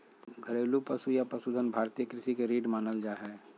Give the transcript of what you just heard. घरेलू पशु या पशुधन भारतीय कृषि के रीढ़ मानल जा हय